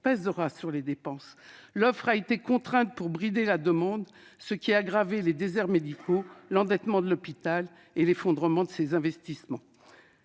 recettes suffisantes. L'offre a été contrainte pour brider la demande, ce qui a aggravé les déserts médicaux, l'endettement de l'hôpital et l'effondrement de ses investissements.